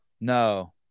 No